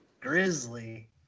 Grizzly